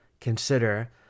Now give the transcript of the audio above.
consider